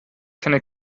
keine